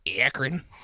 Akron